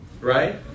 right